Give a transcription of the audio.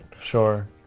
Sure